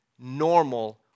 normal